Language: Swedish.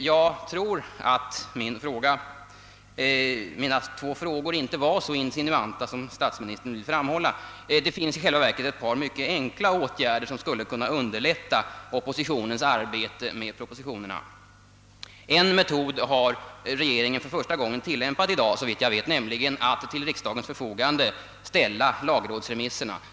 Jag tror att mina två frågor inte är så insinuanta som statsministern vill göra gällande. Det finns i själva verket ett par mycket enkla åtgärder, som skulle kunna underlätta oppositionens arbete med propositionerna. En metod har regeringen för första gången, såvitt jag förstår, tillämpat i dag, nämligen att till riksdagens förfogande ställa lagrådsremisserna.